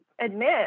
admit